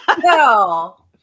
No